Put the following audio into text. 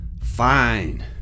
Fine